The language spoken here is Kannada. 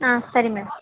ಆಂ ಸರಿ ಮ್ಯಾಮ್